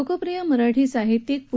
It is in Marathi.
लोकप्रिय मराठी साहित्यिक पू